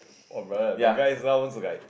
oh Lord the guy sounds so guy